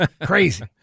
Crazy